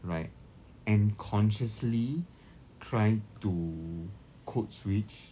right and consciously trying to code switch